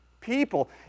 people